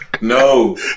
No